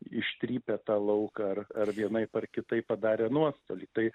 ištrypia tą lauką ar ar vienaip ar kitaip padarė nuostolį tai